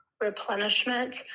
replenishment